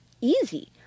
easy